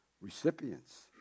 recipients